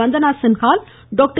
Vandana Singhal doctor